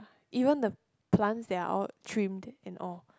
even the plants they are all trimmed and all